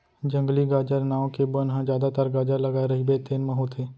जंगली गाजर नांव के बन ह जादातर गाजर लगाए रहिबे तेन म होथे